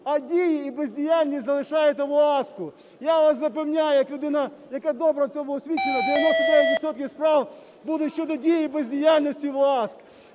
а дії і бездіяльність залишаєте в ОАСКу? Я вас запевняю як людина, яка добре в цьому освічена, 99 відсотків справ будуть щодо дій і бездіяльності в ОАСК,